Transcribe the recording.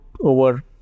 Over